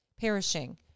perishing